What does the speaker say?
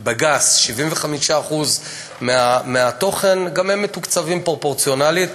בגס, 75% מהתוכן, גם הם מתוקצבים פרופורציונלית.